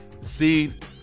seed